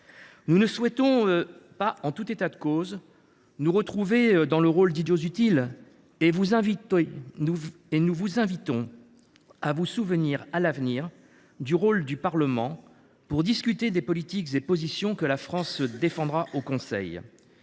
nous ne souhaitons pas nous retrouver dans le rôle de l’idiot utile et nous vous invitons à vous souvenir à l’avenir du rôle du Parlement pour discuter des politiques et des positions que la France défendra au Conseil.